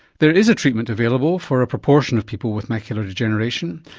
there is a treatment available for a proportion of people with macular degeneration,